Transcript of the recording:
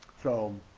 so